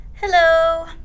Hello